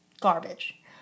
garbage